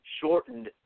shortened